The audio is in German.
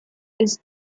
ist